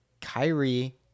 Kyrie